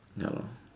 ya lor